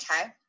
Okay